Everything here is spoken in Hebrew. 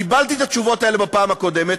קיבלתי את התשובות האלה בפעם הקודמת,